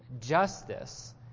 justice